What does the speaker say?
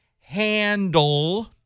handle